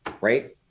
right